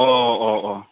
अ अ अ अ